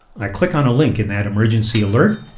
i click on a link in that emergency alert,